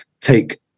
take